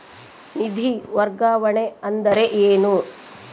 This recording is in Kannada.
ನಿಧಿ ವರ್ಗಾವಣೆ ಅಂದರೆ ಏನು?